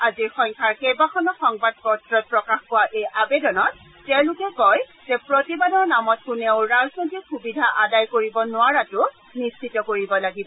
আজিৰ সংখ্যাৰ কেইবাখনো সংবাদ পত্ৰত প্ৰকাশ পোৱা এই আৱেদনত তেওঁলোকে কয় যে প্ৰতিবাদৰ নামত কোনেও ৰাজনৈতিক সূবিধা আদায় কৰিব নোৱাৰাতো নিশ্চিত কৰিব লাগিব